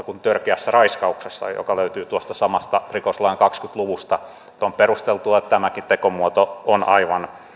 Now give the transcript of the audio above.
kuin törkeässä raiskauksessa joka löytyy tuosta samasta rikoslain kaksikymmentä luvusta että on perusteltua kun tämäkin tekomuoto on aivan